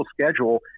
schedule